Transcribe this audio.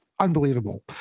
unbelievable